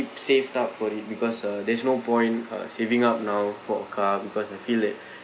saved up for it because uh there's no point uh saving up now for a car because I feel that